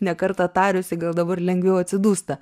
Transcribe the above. ne kartą tariusi gal dabar lengviau atsidūsta